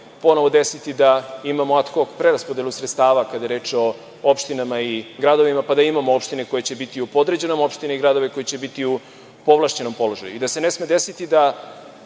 ponovo desiti da imamo ad hok preraspodelu sredstava kada je reč o opštinama i gradovima, pa da imamo opštinama koje će u podređenom i opštine i gradove koji će biti u povlašćenom položaju. I, da se ne sme desiti da